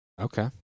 okay